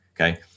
okay